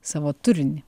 savo turinį